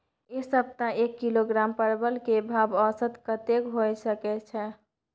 ऐ सप्ताह एक किलोग्राम परवल के भाव औसत कतेक होय सके छै?